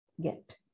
get